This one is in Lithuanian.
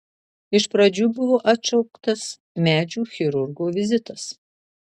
iš pradžių buvo atšauktas medžių chirurgo vizitas